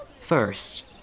First